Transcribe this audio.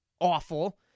awful